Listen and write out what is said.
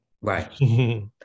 right